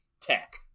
tech